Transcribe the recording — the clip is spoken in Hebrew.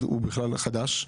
אחד הוא בכלל חדש.